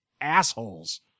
assholes